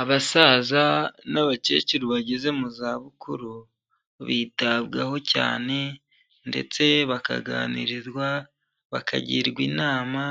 Abasaza n'abakecuru bageze mu zabukuru bitabwaho cyane ndetse bakaganirirwa, bakagirwa inama